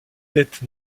dettes